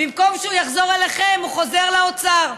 במקום שהוא יחזור אליכם, הוא חוזר לאוצר.